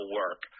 work